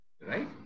right